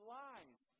lies